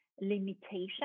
limitation